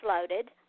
loaded